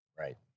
right